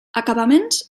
acabaments